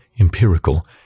empirical